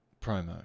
promo